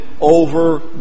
over